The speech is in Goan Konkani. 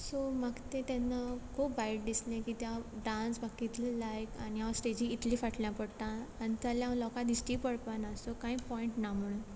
सो म्हाका तें तेन्ना खूब वायट दिसलें किद्या डान्स म्हाका इतलो लायक आनी हांव स्टेजीचे इतलें फाटल्यान पोडटा आनी जाल्यार हांव लोकां दिश्टी पोडपाना सो कांय पोयंट ना म्हणून